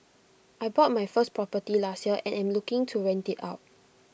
I bought my first property last year and am looking to rent IT out